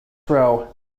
row